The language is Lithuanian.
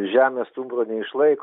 žemė stumbro neišlaiko